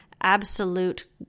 absolute